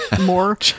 more